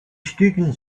stücken